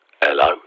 Hello